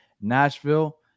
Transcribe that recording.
nashville